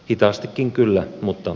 hitaastikin kyllä mutta